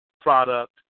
product